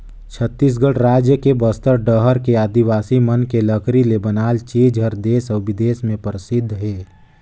छत्तीसगढ़ रायज के बस्तर डहर के आदिवासी मन के लकरी ले बनाल चीज हर देस अउ बिदेस में परसिद्ध हे